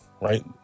right